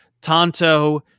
Tonto